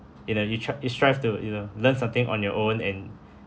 you know you try you strive to you know learn something on your own and